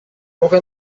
woche